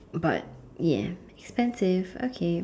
but ya expensive okay